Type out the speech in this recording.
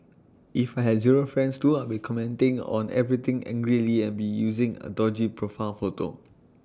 if I had zero friends too I'd be commenting on everything angrily and be using an dodgy profile photo